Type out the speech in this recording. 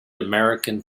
american